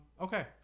Okay